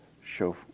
show